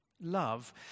Love